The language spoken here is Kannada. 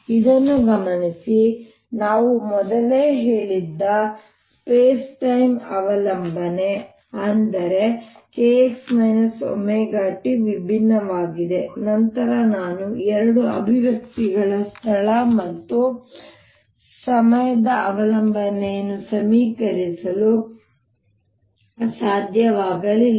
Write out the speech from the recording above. ಇದನ್ನು ಗಮನಿಸಿ ನಾನು ಮೊದಲೇ ಹೇಳಿದ್ದೆ ಸ್ಪೇಸ್ ಟೈಮ್ ಅವಲಂಬನೆ ಅಂದರೆ kx ωt ವಿಭಿನ್ನವಾಗಿದೆ ನಂತರ ನಾನು ಎರಡು ಅಭಿವ್ಯಕ್ತಿಗಳ ಸ್ಥಳ ಮತ್ತು ಸಮಯದ ಅವಲಂಬನೆಯನ್ನು ಸಮೀಕರಿಸಲು ಸಾಧ್ಯವಾಗಲಿಲ್ಲ